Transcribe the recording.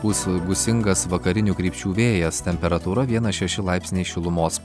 pūs gūsingas vakarinių krypčių vėjas temperatūra vienas šeši laipsniai šilumos